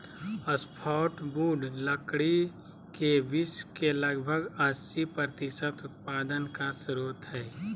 softwood लकड़ी के विश्व के लगभग अस्सी प्रतिसत उत्पादन का स्रोत हइ